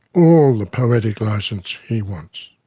all the poetic licence he wants.